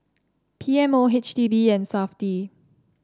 P M O H G D and Safti